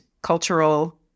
cultural